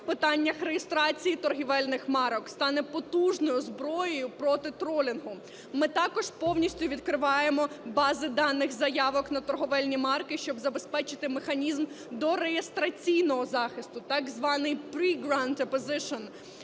в питаннях реєстрації торгівельних марок, стане потужною зброєю проти тролінгу. Ми також повністю відкриваємо бази даних заявок на торговельні марки, щоб забезпечити механізм дореєстраційного захисту, так званий pre-grant opposition,